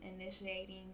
initiating